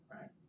right